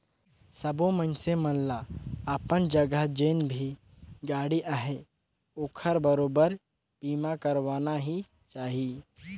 सबो मइनसे मन ल अपन जघा जेन भी गाड़ी अहे ओखर बरोबर बीमा करवाना ही चाही